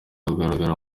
kugaragara